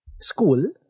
School